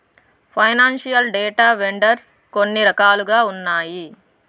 financial data vendors కొన్ని రకాలుగా ఉన్నాయి